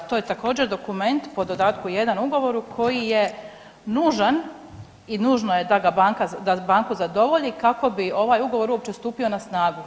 To je također dokument po dodatku jedan ugovoru koji je nužan i nužno je da ga banka da banku zadovolji kako bi ovaj ugovor uopće stupio na snagu.